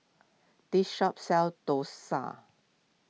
this shop sells Dosa